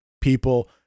people